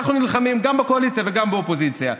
אנחנו נלחמים גם בקואליציה וגם באופוזיציה,